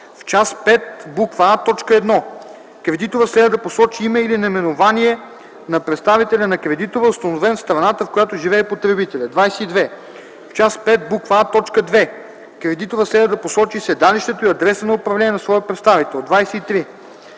В част V, буква „а”, т. 1 кредиторът следва да посочи име или наименование на представителя на кредитора, установен в страната, в която живее потребителят. 22. В част V, буква „а”, т. 2 кредиторът следва да посочи седалището и адреса на управление на своя представител. 23.